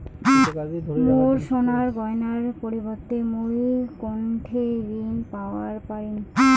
মোর সোনার গয়নার বিপরীতে মুই কোনঠে ঋণ পাওয়া পারি?